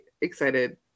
excited